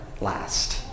last